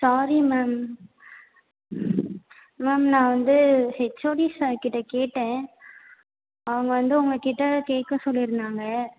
sorry ma'am ma'am நான் வந்து HOD sir கிட்ட கேட்டேன் அவங்க வந்து உங்கக்கிட்ட கேட்க சொல்லியிருந்தாங்க